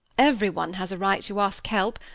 everyone has a right to ask help,